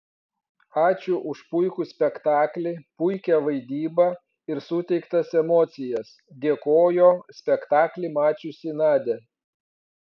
ačiū už puikų spektaklį puikią vaidybą ir suteiktas emocijas dėkojo spektaklį mačiusi nadia